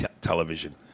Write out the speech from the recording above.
television